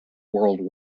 world